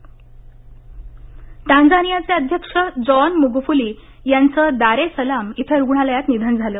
Tanzania टांझानियाचे अध्यक्ष John Magufuli यांचं दार ए सलाम इथं रुग्णालयात निधन झालं